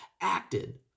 acted